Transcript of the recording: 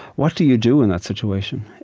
what do you do in that situation?